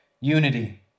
unity